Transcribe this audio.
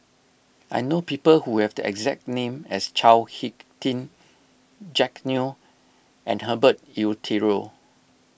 I know people who have the exact name as Chao Hick Tin Jack Neo and Herbert Eleuterio